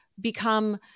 become